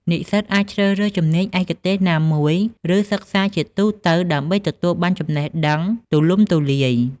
និស្សិតអាចជ្រើសរើសជំនាញឯកទេសណាមួយ ឬសិក្សាជាទូទៅដើម្បីទទួលបានចំណេះដឹងទូលំទូលាយ។